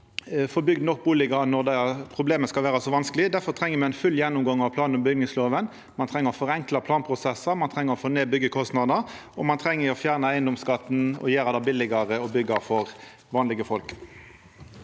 få bygd nok bustader når det skal vera så vanskeleg. Difor treng me ein full gjennomgang av plan- og bygningslova, me treng å forenkla planprosessar, me treng å få ned byggjekostnader, og me treng å fjerna eigedomsskatten og gjera det billegare å byggja for vanlege folk.